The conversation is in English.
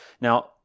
Now